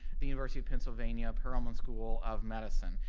the university of pennsylvania, perelman school of medicine.